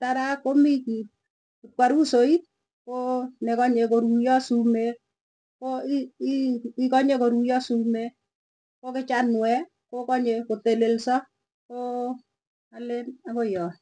tara ko mi kiit, kipkwarusoit, ko ne kanye ko ruiyo sumeek, ko ii- ikanye koruyo sumeek, ko kichanuee, ko ka nye ko telelso. Ko a- alen akoi yoot.